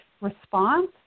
response